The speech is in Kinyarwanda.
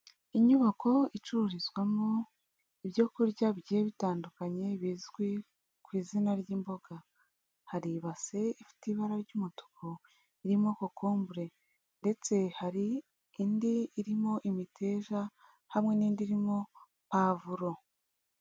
Inyubako icururizwamo ibyo kurya bigiye bitandukanye bizwi ku izina ry'imboga, hari ibase ifite ibara ry'umutuku irimo cocombre ndetse hari indi irimo imiteja hamwe n'indi irimo pavuro.